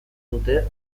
dute